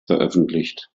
veröffentlicht